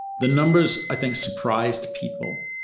the numbers i think surprised people.